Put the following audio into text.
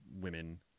women